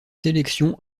sélection